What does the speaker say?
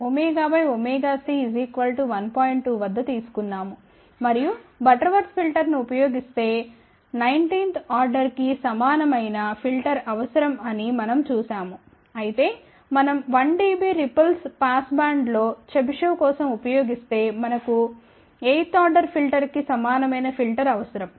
2 వద్ద తీసుకున్నాము మరియు బటర్వర్త్ ఫిల్టర్ను ఉపయోగిస్తే 19 వ ఆర్డర్ కి సమానమైన ఫిల్టర్ అవసరం అని మనం చూశాము అయితే మనం 1 డిబి రిపుల్స్ పాస్బ్యాండ్లో చెబిషెవ్ కోసం ఉపయోగిస్తే మనకు 8 వ ఆర్డర్ ఫిల్టర్ కి సమానమైన ఫిల్టర్ అవసరం